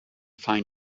find